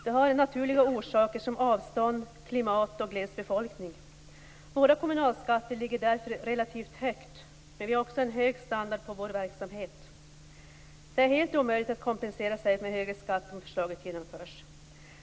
Det har naturliga orsaker som avstånd, klimat och gles befolkning. Våra kommunalskatter ligger därför relativt högt, men vi har också en hög standard på vår verksamhet. Det är helt omöjligt att kompensera sig med högre skatt om förslaget genomförs.